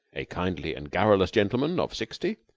a kindly and garrulous gentleman of sixty,